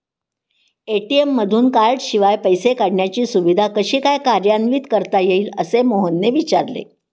ATM मधून कार्डशिवाय पैसे काढण्याची सुविधा कशी काय कार्यान्वित करता येईल, असे मोहनने विचारले